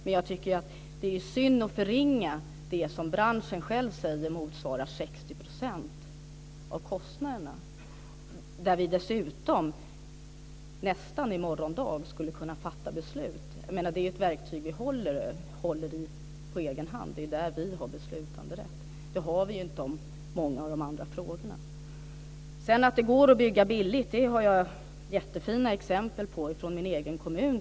Men jag tycker att det är synd att förringa det som branschen själv säger motsvarar 60 % av kostnaderna där vi dessutom - nästan i morgon dag - skulle kunna fatta beslut. Det är ju ett verktyg som vi håller i på egen hand. Det är där vi har beslutanderätt. Det har vi inte i många av de andra frågorna. Att det går att bygga billigt har jag jättefina exempel på från min egen kommun.